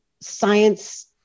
science